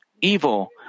evil